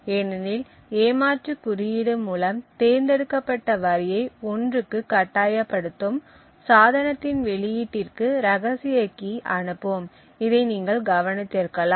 ஏனெனில் ஏமாற்று குறியீடு மூலம் தேர்ந்தெடுக்கப்பட்ட வரியை 1 க்கு கட்டாயப்படுத்தும் சாதனத்தின் வெளியீட்டிற்கு ரகசிய கீ அனுப்பும் இதை நீங்கள் கவனித்திருக்கலாம்